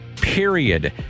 period